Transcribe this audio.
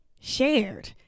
shared